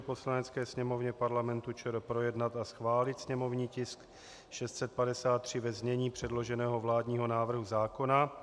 Poslanecké sněmovně Parlamentu ČR projednat a schválil sněmovní tisk 653 ve znění předloženého vládního návrhu zákona.